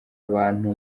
abantu